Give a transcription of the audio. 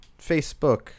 Facebook